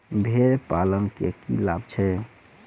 भेड़ पालन केँ की लाभ छै?